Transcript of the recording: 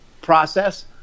process